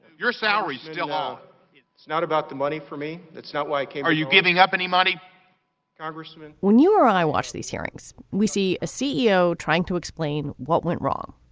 your salaries are not about the money for me. that's not why are you giving up any money congressman when you or i watched these hearings we see a ceo trying to explain what went wrong.